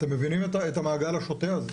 אתם מבינים את המעגל השוטה הזה.